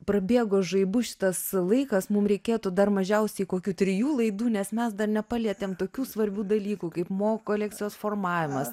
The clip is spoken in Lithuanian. prabėgo žaibu šitas laikas mum reikėtų dar mažiausiai kokių trijų laidų nes mes dar nepalietėm tokių svarbių dalykų kaip mo kolekcijos formavimas